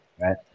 right